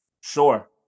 Sure